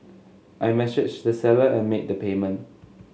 I messaged the seller and made the payment